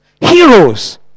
heroes